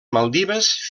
maldives